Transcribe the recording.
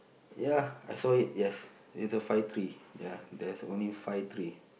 ya I saw it yes it's a five tree ya there's only five tree